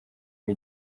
ngo